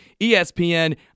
ESPN